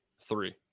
three